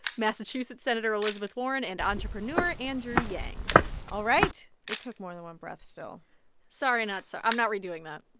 massachusetts senator elizabeth warren and entrepreneur andrew yang all right. it took more than one breath still sorry, not so i'm not redoing that.